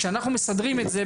כשנסדר את זה,